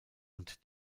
und